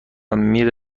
میره